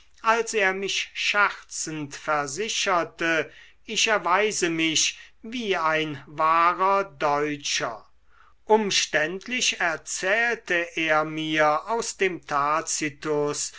als er mich scherzend versicherte ich erweise mich wie ein wahrer deutscher umständlich erzählte er mir aus dem